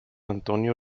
antonio